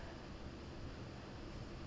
S